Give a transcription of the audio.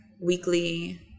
weekly